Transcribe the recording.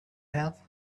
have